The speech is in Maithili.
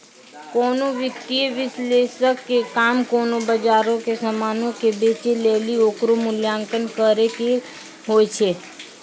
कोनो वित्तीय विश्लेषक के काम कोनो बजारो के समानो के बेचै लेली ओकरो मूल्यांकन करै के होय छै